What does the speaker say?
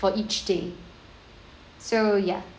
for each day so ya